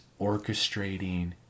orchestrating